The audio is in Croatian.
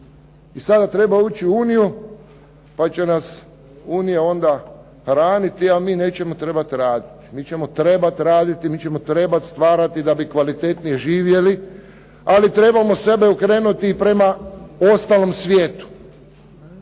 I sada treba ući u Uniju, pa će nas Unija onda hraniti, a mi nećemo trebati raditi. Mi ćemo trebati raditi, mi ćemo trebati stvarati da bi kvalitetnije živjeli. Ali trebamo sebe okrenuti i prema ostalom svijetu.